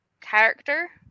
character